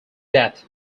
death